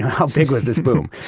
how big was this boom?